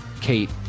Kate